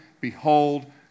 behold